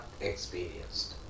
experienced